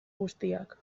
guztiak